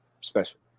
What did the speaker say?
special